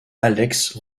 alex